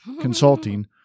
consulting